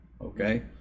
Okay